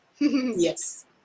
yes